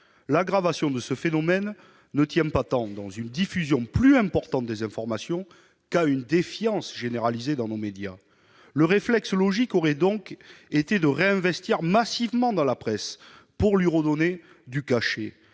l'aggravation de ce phénomène ne tient pas tant à une diffusion plus importante des informations qu'à une défiance généralisée à l'égard de nos médias. Le réflexe logique aurait donc été de réinvestir massivement dans la presse pour lui redonner du cachet,